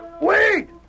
Wait